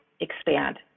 expand